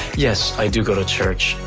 yes, i do go to church.